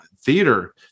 theater